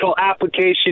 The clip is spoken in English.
application